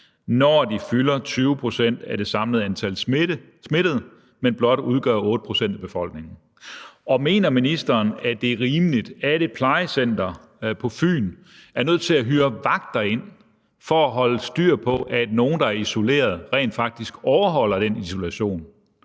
når de udgør 20 pct. af det samlede antal smittede, men blot udgør 8 pct. af befolkningen. Og mener ministeren, at det er rimeligt, at et plejecenter på Fyn er nødt til at hyre vagter ind for at holde styr på, at nogle, der er isolerede, rent faktisk overholder den isolation?